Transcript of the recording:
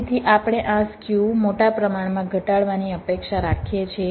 તેથી આપણે આ સ્ક્યુ મોટા પ્રમાણમાં ઘટાડવાની અપેક્ષા રાખીએ છીએ